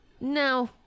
no